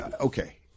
Okay